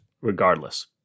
regardless